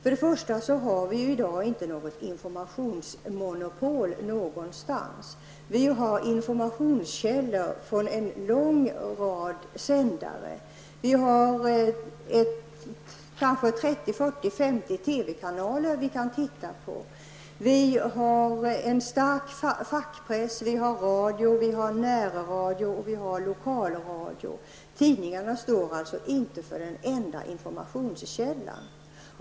I dag har vi inte något informationsmonopol någonstans. Vi får information från en lång rad sändare. Vi kan titta på uppåt 30--40 TV-kanaler. Vi har en stark fackpress, radio, närradio och lokalradio. Tidningarna är inte längre den enda informationskällan.